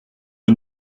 que